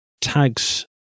Tags